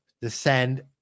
descend